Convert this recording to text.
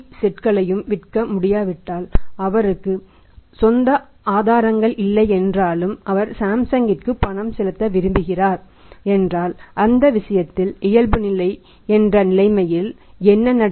செட்களையும் விற்க முடியாவிட்டால் அவருக்கு சொந்த ஆதாரங்கள் இல்லை என்றாலும் அவர் சாம்சங்கிற்கு பணம் செலுத்த விரும்புகிறார் என்றால் அந்த விஷயத்தில் இயல்புநிலை என்ற நிலைமையில் என்ன நடக்கும்